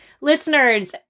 listeners